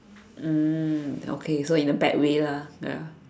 mm okay so in a bad way lah ya